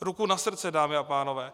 Ruku na srdce, dámy a pánové.